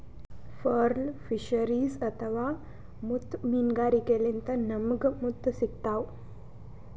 pearl fisheries ಅಥವಾ ಮುತ್ತ್ ಮೀನ್ಗಾರಿಕೆಲಿಂತ್ ನಮ್ಗ್ ಮುತ್ತ್ ಸಿಗ್ತಾವ್